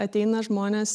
ateina žmonės